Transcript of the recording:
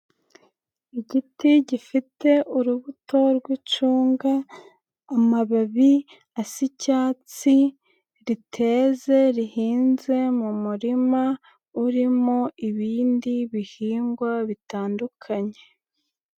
Igiti gifite urubuto rwicunga amababi asa icyatsi riteze, rihinze mu murima urimo ibindi bihingwa bitandukanye.